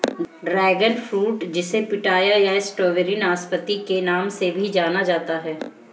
dragon fruit जिसे pitaya या strawberry नाशपाती के नाम से भी जाना जाता है